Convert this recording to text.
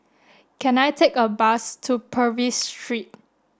can I take a bus to Purvis Street